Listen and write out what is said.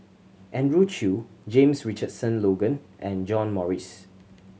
Andrew Chew James Richardson Logan and John Morrice